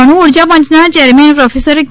અણુ ઊર્જાપંચના chairman professor કે